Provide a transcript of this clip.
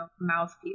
mouthpiece